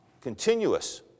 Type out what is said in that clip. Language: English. Continuous